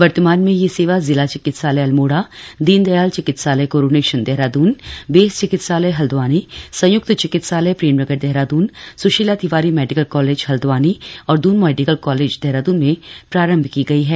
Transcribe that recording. वर्तमान में यह सेवा जिला चिकित्सालय अल्मोड़ा दीन दयाल चिकित्सालय कोरोनेशन देहरादून बेस चिकित्सालय हल्द्वानी संयुक्त चिकित्सालय प्रेमनगर देहरादून सुशीला तिवारी मेडिकल कॉलेज हल्द्वानी और दून मेडिकल कॉलेज देहरादून में प्रारंभ की गई है